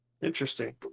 Interesting